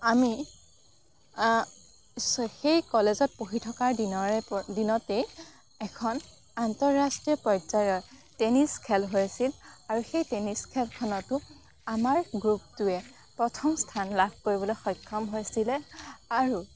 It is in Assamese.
আমি চ সেই কলেজত পঢ়ি থকা দিনৰে পৰা দিনতেই এখন আন্তঃৰাষ্ট্ৰীয় পৰ্য্যায়ৰ টেনিছ খেল হৈছিল আৰু সেই টেনিছ খেলখনতো আমাৰ গ্ৰুপটোৱে প্ৰথম স্থান লাভ কৰিবলৈ সক্ষম হৈছিলে আৰু